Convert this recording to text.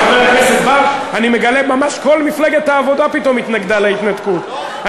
אני מגלה שכל מפלגת העבודה פתאום התנגדה להתנתקות.